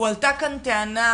הועלתה כאן טענה